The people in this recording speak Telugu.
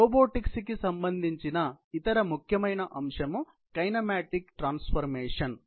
కాబట్టి రోబోటిక్స్ కి సంబంధించిన ఇతర ముఖ్యమైన అంశం కైనమాటిక్ ట్రాన్స్ఫర్మేషన్స్